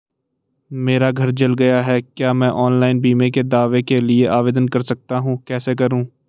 मेरा घर जल गया है क्या मैं ऑनलाइन बीमे के दावे के लिए आवेदन कर सकता हूँ कैसे करूँ?